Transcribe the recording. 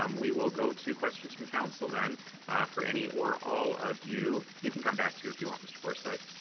um we will go to questions from council, then ah for any or all of you. you can come back too if you want mr. forsyth.